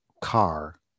car